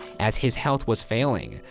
as his health was failing,